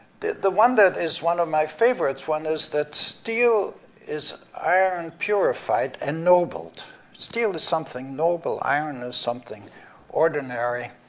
the one that is one of my favorite one is that steel is iron purified, ennobled. steel is something noble, iron is something ordinary,